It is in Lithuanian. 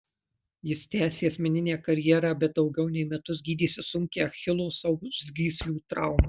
jis tęsė asmeninę karjerą bet daugiau nei metus gydėsi sunkią achilo sausgyslių traumą